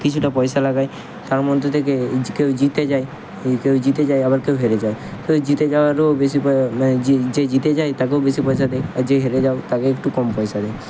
কিছুটা পয়সা লাগায় তার মধ্য থেকে কেউ জিতে যায় কেউ জিতে যায় আবার কেউ হেরে যায় তো জিতে যাওয়ারও বেশি পায় মানে যে যেই জিতে যায় তাকেও বেশি পয়সা দেয় আর যে হেরে যায় তাকে একটু কম পয়সা দেয়